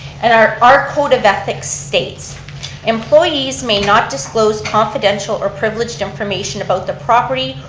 and our our code of ethics states employees may not disclose confidential or privileged information about the property,